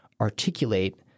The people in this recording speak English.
articulate